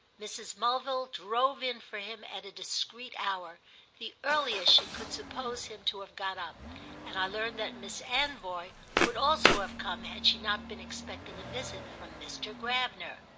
mrs. mulville drove in for him at a discreet hour the earliest she could suppose him to have got up and i learned that miss anvoy would also have come had she not been expecting a visit from mr. gravener.